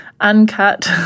uncut